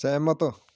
ਸਹਿਮਤ